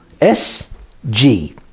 S-G